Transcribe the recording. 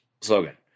slogan